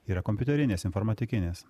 yra kompiuterinės informatikinės